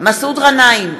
מסעוד גנאים,